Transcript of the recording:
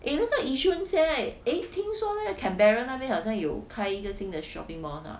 eh 那个 yishun 现在 eh 听说那个 canberra 那边好像有开一个 shopping malls 是吗